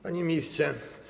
Panie Ministrze!